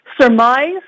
surmise